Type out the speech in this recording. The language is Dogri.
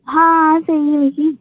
हां सेही ऐ मिकी